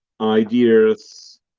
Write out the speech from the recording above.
ideas